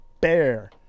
bear